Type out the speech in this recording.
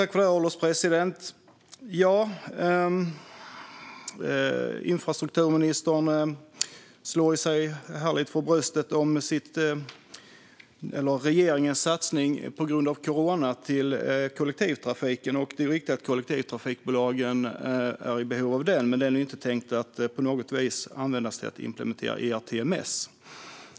Herr ålderspresident! Infrastrukturministern slår sig för bröstet för regeringens satsning på kollektivtrafiken på grund av corona. Det är riktigt att kollektivtrafikbolagen är i behov av den, men den är inte tänkt att på något vis användas till att implementera ERTMS.